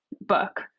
book